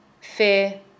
fear